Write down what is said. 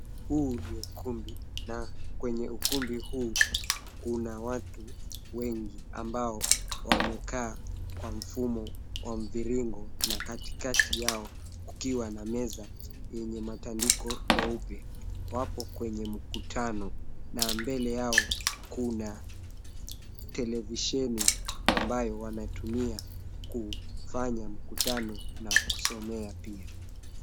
Huu ni ukumbi, na kwenye ukumbi huu kuna watu wengi ambao wamekaa kwa mfumo wa mviringo, na katikati yao kukiwa na meza yenye matandiko meupe. Wapo kwenye mkutano, na mbele yao kuna televisheni ambayo wanatumia kufanya mkutano na kusomea pia.